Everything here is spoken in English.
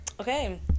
Okay